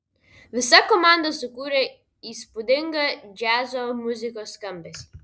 visa komanda sukūrė įspūdingą džiazo muzikos skambesį